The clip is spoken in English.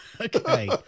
Okay